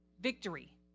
victory